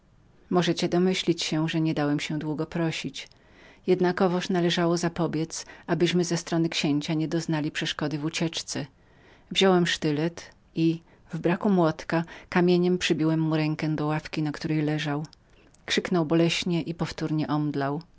możecie domyślić się że niedałem się długo prosić jednakowoż należało zapobiedz abyśmy ze strony księcia nie doznali przeszkody w ucieczce wziąłem sztylet i w braku młotka kamieniem przybiłem mu rękę do ławki na której leżał krzyknął boleśnie i powtórnie